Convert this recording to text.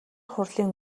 хурлын